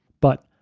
but,